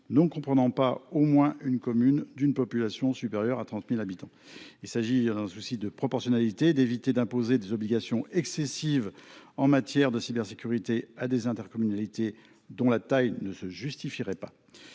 ne comprenant pas au moins une commune dont la population est supérieure à 30 000 habitants. Il s’agit, dans un souci de proportionnalité, d’éviter d’imposer des obligations excessives en matière de cybersécurité à des intercommunalités dont la taille ne le justifierait pas.